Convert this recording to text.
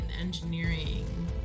engineering